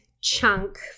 chunk